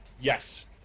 Yes